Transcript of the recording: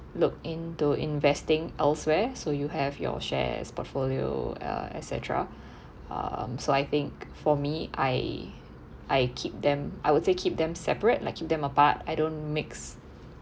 look into investing elsewhere so you have your shares portfolio uh et cetera um so I think for me I I keep them I would say keep them separate like keep apart I don't mix